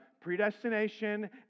predestination